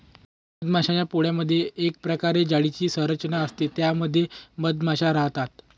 मधमाश्यांच्या पोळमधे एक प्रकारे जाळीची संरचना असते त्या मध्ये मधमाशा राहतात